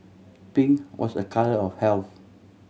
pink was a colour of health